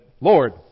Lord